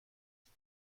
است